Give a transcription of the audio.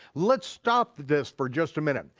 let's stop this for just a minute.